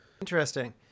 Interesting